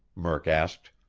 murk asked.